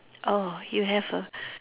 orh you have a